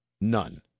None